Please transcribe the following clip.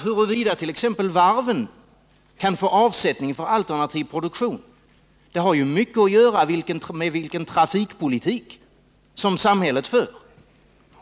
Huruvida t.ex. varven skall kunna få avsättning för alternativ produktion har ju mycket att göra med vilken trafikpolitik samhället för.